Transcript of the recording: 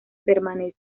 permanece